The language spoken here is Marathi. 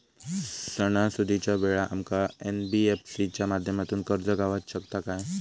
सणासुदीच्या वेळा आमका एन.बी.एफ.सी च्या माध्यमातून कर्ज गावात शकता काय?